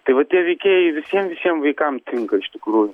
tai va tie veikėjai visiem visiem vaikam tinka iš tikrųjų